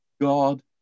God